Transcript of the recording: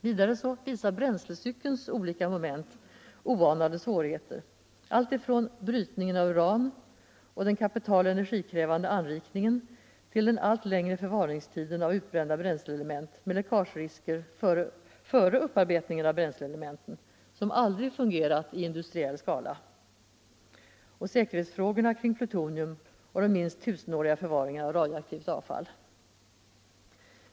Vidare visar bränslecykelns olika moment oanade svårigheter alltifrån brytningen av uran och den kapitaloch energikrävande anrikningen till den allt längre förvaringstiden för utbrända bränsleelement med läckagerisker före upparbetningen av bränsleelementen — som aldrig har fungerat i industriell skala — säkerhetsfrågorna kring plutonium och de minst tusenåriga förvaringarna av radioaktivt avfall.